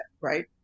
Right